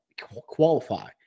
qualify